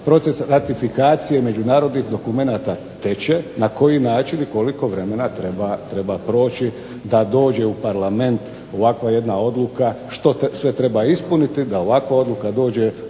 proces ratifikacije međunarodnih dokumenata teče, na koji način i koliko vremena treba proći da dođe u Parlament ovakva jedna odluka što sve treba ispuniti da ovakva odluka dođe u nacionalni